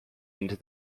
into